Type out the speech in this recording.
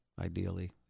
Ideally